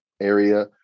area